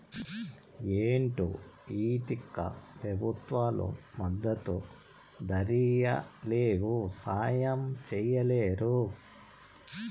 ఏంటో ఈ తిక్క పెబుత్వాలు మద్దతు ధరియ్యలేవు, సాయం చెయ్యలేరు